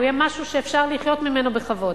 יהיה משהו שאפשר לחיות ממנו בכבוד,